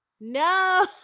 no